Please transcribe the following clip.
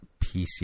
PC